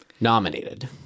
Nominated